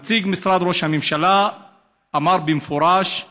נציג משרד ראש הממשלה אמר במפורש: